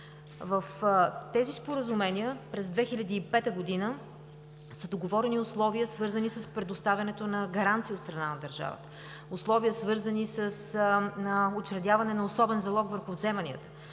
В тези споразумения през 2005 г. са договорени условия, свързани с предоставянето на гаранция от страна на държавата, условия, свързани с учредяване на особен залог върху вземанията.